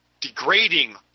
degrading